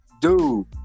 Dude